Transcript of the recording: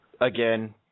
Again